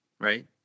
right